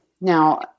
Now